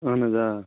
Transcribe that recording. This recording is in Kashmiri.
اہن حظ آ